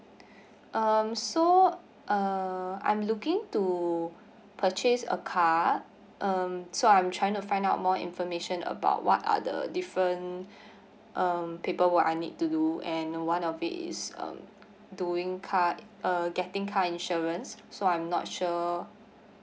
um so uh I'm looking to purchase a car um so I'm trying to find out more information about what are the different um paperwork I need to do and one of it is um doing car uh getting car insurance so I'm not sure